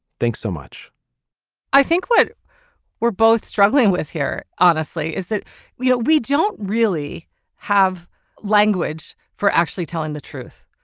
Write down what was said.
thanks so much i think what we're both struggling with here honestly is that we we don't really have language for actually telling the truth.